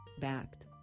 backed